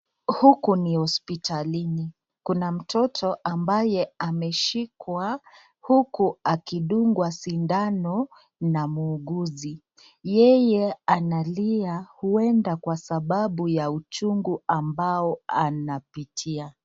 Huko ni hospitalini. Kuna mtoto ambaye ameshikwa huku akidungwa sindano na muuguzi. Yeye analia uenda kwa sababu ya uchugu ambao anapitia.